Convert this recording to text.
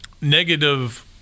negative